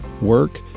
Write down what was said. work